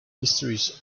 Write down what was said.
mysteries